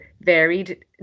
varied